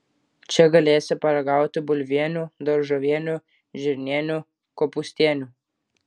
čia galėsi paragauti bulvienių daržovienių žirnienių kopūstienių